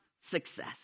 success